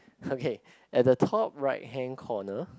okay at the top right hand corner